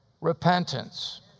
repentance